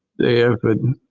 they have